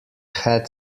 had